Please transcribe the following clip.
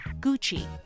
Gucci